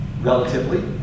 relatively